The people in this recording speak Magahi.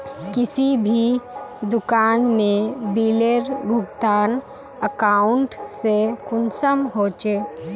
किसी भी दुकान में बिलेर भुगतान अकाउंट से कुंसम होचे?